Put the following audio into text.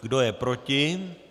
Kdo je proti?